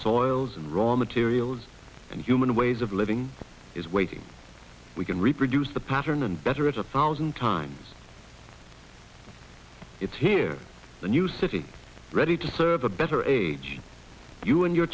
soils and raw materials and human ways of living is waiting we can reproduce the pattern and better it a thousand times it's here a new city ready to serve a better age you and your